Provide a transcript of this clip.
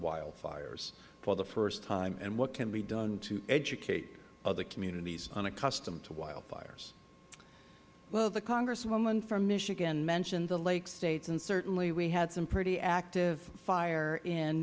wildfires for the first time and what can be done to educate other communities unaccustomed to wildfires ms kimbell well the congresswoman from michigan mentioned the lake states and certainly we had some pretty active fire in